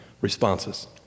responses